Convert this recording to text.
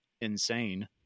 insane